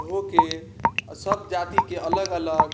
होके सब जाति के अलग अलग